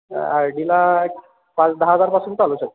आयडिला पाच दहा हजारपासूनंच चालू शकतं